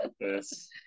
Yes